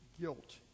guilt